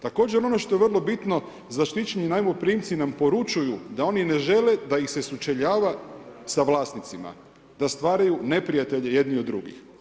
Također ono što je vrlo bitno, zaštićeni najmoprimci nam poručuju da oni ne žele da ih se sučeljava sa vlasnicima da stvaraju neprijatelje jedne od drugih.